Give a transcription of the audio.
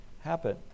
happen